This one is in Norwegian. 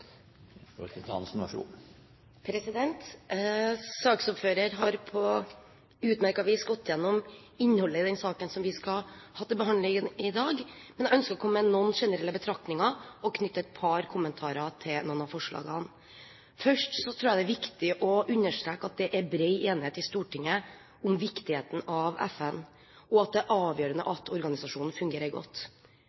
saken som vi har til behandling i dag, men jeg ønsker å komme med noen generelle betraktninger og knytte et par kommentarer til noen av forslagene. Først tror jeg det er viktig å understreke at det er bred enighet i Stortinget om viktigheten av FN og at det er avgjørende